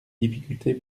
difficultés